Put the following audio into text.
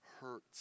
hurts